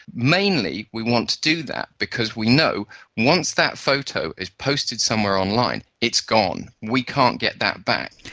mainly we want to do that because we know once that photo is posted somewhere online, it's gone. we can't get that back.